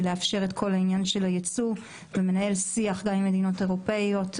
לאפשר את כל העניין של הייצוא ומנהל שיח גם עם מדינות אירופאיות.